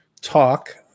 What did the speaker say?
talk